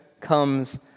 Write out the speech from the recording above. comes